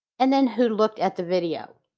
and then who looked at the video.